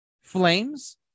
Flames